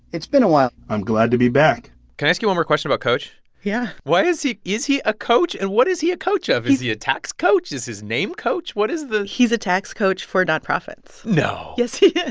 it's been a while i'm glad to be back can i ask you one more question about coach? yeah why is he is he a coach? and what is he a coach of? is he a tax coach? is his name coach? what is the. he's a tax coach for nonprofits no yes, he is.